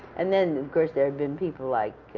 and then, of course, there had been people like